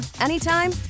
anytime